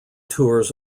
tours